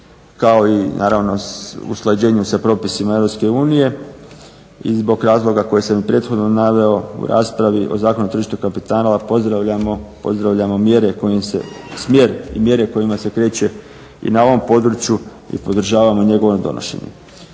kao i naravno usklađenje sa propisima EU i zbog razloga koje sam i prethodno naveo u raspravi o Zakonu o tržištu kapitala pozdravljamo mjere kojim se smjer i mjere kojima se kreće i na ovom području i podržavamo njegovo donošenje.